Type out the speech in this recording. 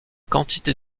quantités